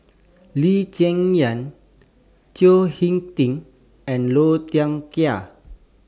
Lee Cheng Yan Chao Hick Tin and Low Thia Khiang